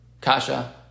Kasha